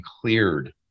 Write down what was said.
cleared